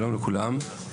שלום לכולם,